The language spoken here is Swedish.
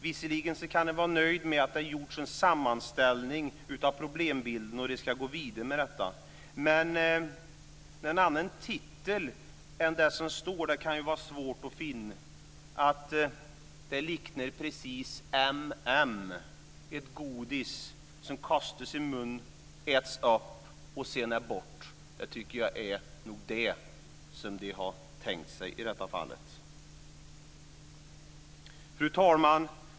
Visserligen kan jag vara nöjd med att det har gjorts en sammanställning av problembilden och att man ska gå vidare med den. Men det kan vara svårt att finna en annan titel. Den liknar precis "M M", ett godis som kastas i munnen, äts upp och sedan är borta. Det är nog det de har tänkt sig i detta fall. Fru talman!